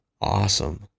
awesome